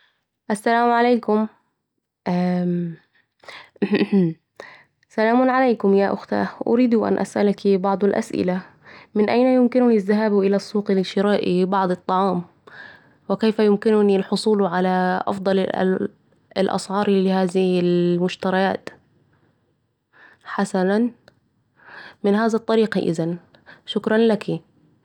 السلام عليكم ي...، اممم احم احم ، سلاماً عليكم يا أختاه أريد أن أسألك بعض الأسئلة من أين يمكنني شراء بعض الطعام وكيف يمكنني الحصول على أفضل الأسعار لهذه المشتريات حسناً... من هذا الطريق اذا شكراً لكِ